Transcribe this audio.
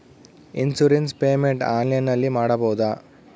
Insurance payment ಆನ್ಲೈನಿನಲ್ಲಿ ಮಾಡಬಹುದಾ?